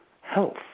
health